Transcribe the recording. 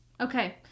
Okay